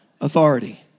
Authority